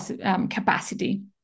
capacity